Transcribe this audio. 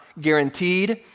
guaranteed